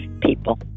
people